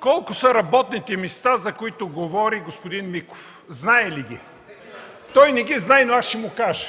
Колко са работните места, за които говори господин Миков? Знае ли ги? Той не ги знае, но аз ще му кажа.